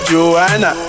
Joanna